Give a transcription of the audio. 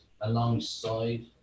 alongside